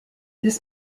this